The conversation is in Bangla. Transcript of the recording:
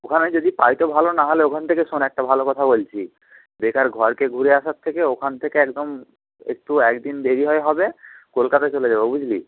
ওখানে যদি পাই তো ভালো না হলে ওখান থেকে শোন একটা ভালো কথা বলছি বেকার ঘরকে ঘুরে আসার থেকে ওখান থেকে একদম একটু একদিন দেরি হয় হবে কলকাতা চলে যাব বুঝলি